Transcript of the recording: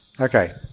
Okay